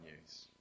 news